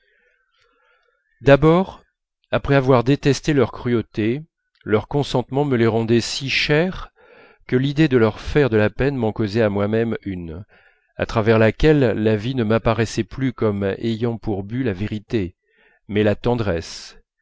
d'abord après avoir détesté leur cruauté leur consentement me les rendait si chers que l'idée de leur faire de la peine m'en causait à moi-même une à travers laquelle la vie ne m'apparaissait plus comme ayant pour but la vérité mais la tendresse